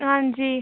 हांजी